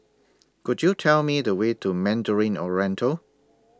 Could YOU Tell Me The Way to Mandarin Oriental